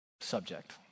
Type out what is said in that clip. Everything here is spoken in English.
subject